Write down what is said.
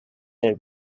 their